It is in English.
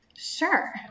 sure